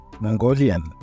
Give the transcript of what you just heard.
Mongolian